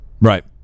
right